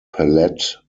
palette